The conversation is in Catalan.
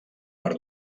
per